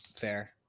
Fair